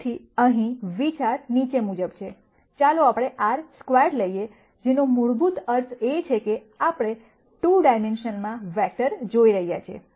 તેથી અહીં વિચાર નીચે મુજબ છે ચાલો આપણે R સ્ક્વેર્ડ લઈએ જેનો મૂળભૂત અર્થ એ છે કે આપણે 2 ડાઈમેન્શનમાં વેક્ટર જોઈ રહ્યા છીએ